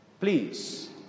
Please